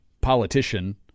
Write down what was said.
politician